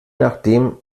nachdem